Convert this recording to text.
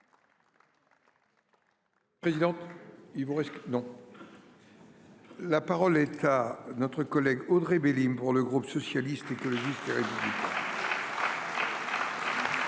La parole est à Mme Audrey Bélim, pour le groupe Socialiste, Écologiste et Républicain.